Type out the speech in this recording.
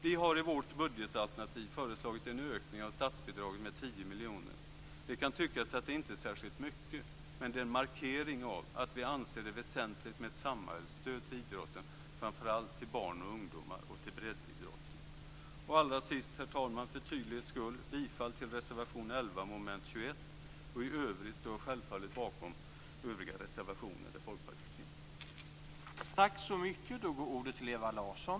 Vi har i vårt budgetalternativ föreslagit en ökning av statsbidragen med 10 miljoner. Det kan tyckas att det inte är särskilt mycket, men det är en markering av att vi anser det väsentligt med ett samhällsstöd till idrotten, framför allt till barn och ungdomar och till breddidrotten. Allra sist, herr talman, yrkar jag för tydlighetens skull bifall till reservation 11 under mom. 21. I övrigt står jag självfallet bakom övriga reservationer från